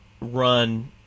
run